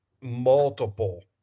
multiple